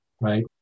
right